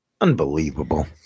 Unbelievable